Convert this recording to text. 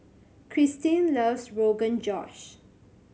Krystin loves Rogan Josh